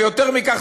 ויותר מכך,